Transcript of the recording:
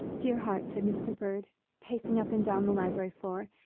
dear heart, said mr. bird, pacing up and down the library floor,